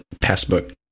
passbook